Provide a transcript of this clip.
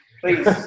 please